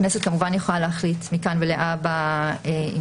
הכנסת כמובן יכולה להחליט מכאן ולהבא אם